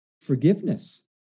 forgiveness